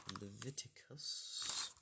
Leviticus